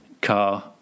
car